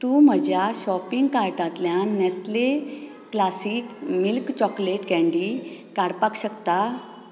तूं म्हज्या शॉपींग कार्टांतल्यान Nestle classic milk chocolate candy काडपाक शकता